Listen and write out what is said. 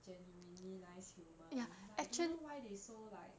genuinely nice human I don't know why they so like